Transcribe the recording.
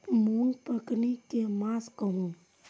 मूँग पकनी के मास कहू?